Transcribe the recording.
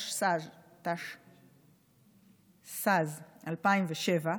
התשס"ז 2007,